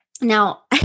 Now